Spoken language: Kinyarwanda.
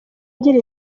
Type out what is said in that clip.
igira